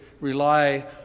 rely